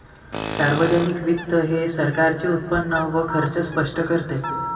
सार्वजनिक वित्त हे सरकारचे उत्पन्न व खर्च स्पष्ट करते